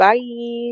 Bye